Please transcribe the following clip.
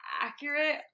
accurate